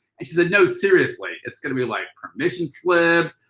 and she said, no seriously, it's going to be like permission slips.